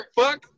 fuck